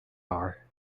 are